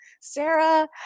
Sarah